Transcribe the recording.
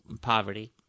poverty